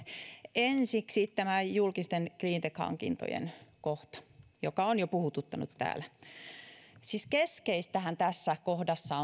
ensiksi tämä julkisten cleantech hankintojen kohta joka on jo puhututtanut täällä siis keskeistähän tässä kohdassa